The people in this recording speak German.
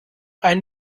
ein